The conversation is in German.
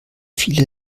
viele